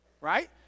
Right